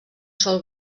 sol